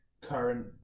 current